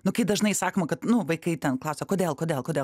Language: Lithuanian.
nu kai dažnai sakoma kad nu vaikai ten klausia kodėl kodėl kodėl